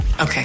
Okay